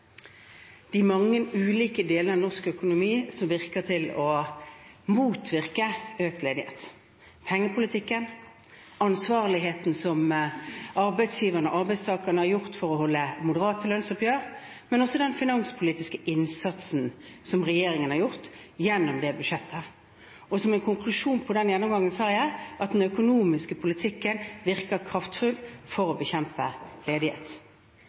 de mange ulike delene av norsk økonomi som virker inn på å motvirke økt ledighet: pengepolitikken, ansvarligheten som arbeidsgiverne og arbeidstakerne har vist for å holde moderate lønnsoppgjør, men også den finanspolitiske innsatsen som regjeringen har gjort gjennom budsjettet. Og som en konklusjon på den gjennomgangen sa jeg at den økonomiske politikken virker kraftfullt for å bekjempe ledighet.